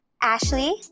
Ashley